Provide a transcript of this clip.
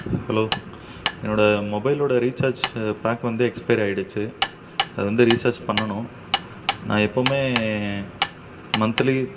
hello என்னோடய மொபைலோட recharge pack வந்து எக்ஸ்பைரி ஆயிடுச்சு அது வந்து ரீசார்ஜ் பண்ணணும் நான் எப்போவுமே மந்த்திலி